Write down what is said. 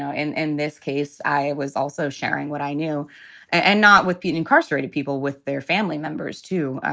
know, and in this case, i was also sharing what i knew and not with being incarcerated people with their family members, too.